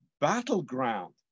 battleground